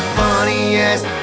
funniest